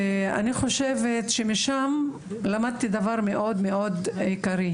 אני חושבת שמשם למדתי דבר עיקרי מאוד מאוד,